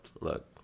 Look